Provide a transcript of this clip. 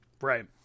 right